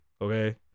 okay